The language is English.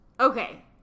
Okay